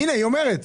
הינה, היא אומרת.